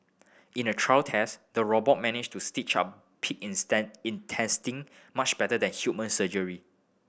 in a trial test the robot managed to stitch up pig instance intestine much better than human surgery